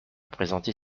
présenter